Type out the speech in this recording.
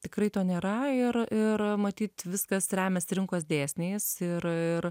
tikrai to nėra ir a ir a matyt viskas remiasi rinkos dėsniais ir ir